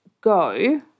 go